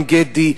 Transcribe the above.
ועין-גדי,